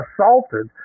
assaulted